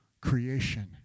creation